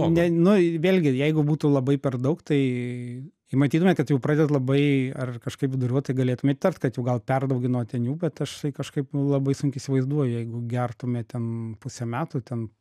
ne nu i vėlgi jeigu būtų labai per daug tai matytume kad jau pradedat labai ar kažkaip viduriuot tai galėtume įtart kad jau gal perdauginot ten jų bet aš tai kažkaip labai sunkiai įsivaizduoju jeigu gertumėt ten pusę metų ten